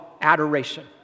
adoration